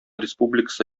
республикасы